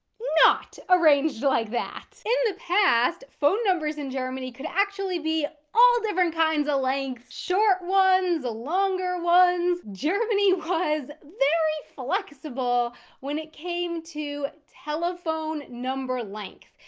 not arranged like that. in the past phone numbers in germany could actually be all different kinds of lengths. short ones, longer ones. germany was very flexible when it came to telephone number length.